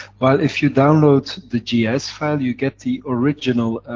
while, if you download the gs file, you get the original